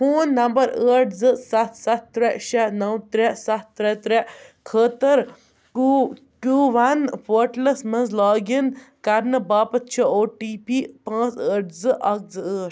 phone number ٲٹھ زٕ سَتھ سَتھ ترٛےٚ شےٚ نَو ترٛےٚ سَتھ ترٛےٚ ترٛےٚ خٲطرٕ کوٗ کیوٗ وَن پوٹلَس منٛز لاگ اِن کَرنہٕ باپتھ چھُ او ٹی پی پانٛژھ ٲٹھ زٕ اَکھ زٕ ٲٹھ